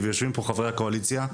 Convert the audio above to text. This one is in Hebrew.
ויושבים פה חברי הקואליציה,